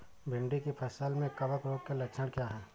भिंडी की फसल में कवक रोग के लक्षण क्या है?